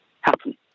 happen